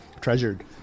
treasured